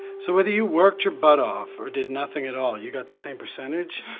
so, whether you worked your butt off or did nothing at all, you got the same percentage?